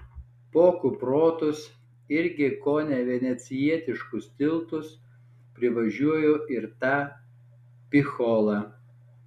po kuprotus irgi kone venecijietiškus tiltus privažiuoju ir tą picholą